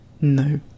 No